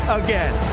again